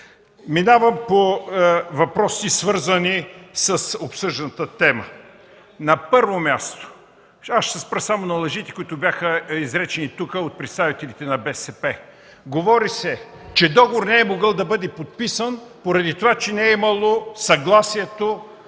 Минавам на въпроси, свързани с обсъжданата тема. На първо място, аз ще се спра само на лъжите, които бяха изречени тук от представителите на БСП. Говори се, че договор не е могъл да бъде подписан, поради това че не е имало съгласието,